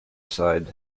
side